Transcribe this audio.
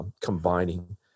combining